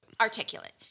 articulate